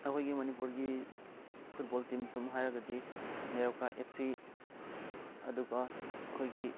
ꯑꯩꯈꯣꯏꯒꯤ ꯃꯅꯤꯄꯨꯔꯒꯤ football team ꯁꯨꯝ ꯍꯥꯏꯔꯒꯗꯤ ꯅꯦꯔꯣꯀꯥ ꯑꯦꯞꯁꯤ ꯑꯗꯨꯒ ꯑꯩꯈꯣꯏꯒꯤ